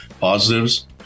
positives